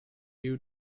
due